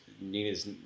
Nina's